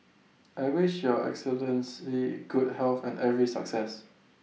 I wish your Excellency the good health and every success